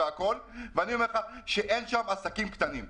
אני אומר לך שאין שם עסקים קטנים,